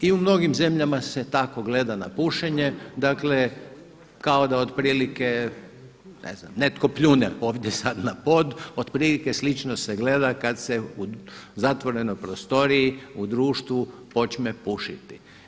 I u mnogim zemljama se tako gleda na pušenje, dakle kao da otprilike ne znam netko pljune ovdje sada na pod, otprilike slično se gleda kada se u zatvorenoj prostoriji u društvu počme pušiti.